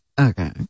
Okay